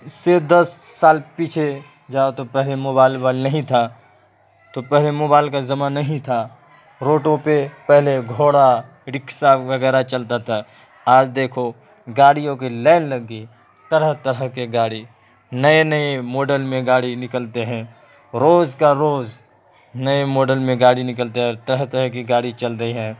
اس سے دس سال پیچھے جاؤ تو پہلے موبائل ووبائل نہیں تھا تو پہلے موبائل کا زمانہ نہیں تھا روٹوں پہ پہلے گھوڑا رکشا وغیرہ چلتا تھا آج دیکھو گاڑیوں کی لائن لگ گئی طرح طرح کے گاڑی نئے نئے ماڈل میں گاڑی نکلتے ہیں روز کا روز نئے ماڈل میں گاڑی نکلتے ہیں اور طرح طرح کی گاڑی چل رہی ہے